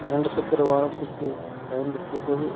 இரண்டு சக்கர வாகனத்திற்கு பயன்படுத்தியபோது